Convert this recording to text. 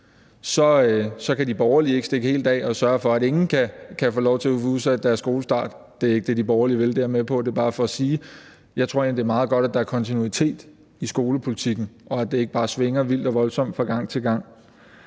kan de borgerlige ikke stikke helt af og sørge for, at ingen kan få lov til at få udsat deres skolestart. Det er ikke det, de borgerlige vil; det er jeg med på. Det er bare for at sige, at jeg egentlig tror, at det er meget godt, at der er kontinuitet i skolepolitikken, og at det ikke bare svinger vildt og voldsomt fra gang til gang.